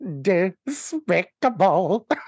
despicable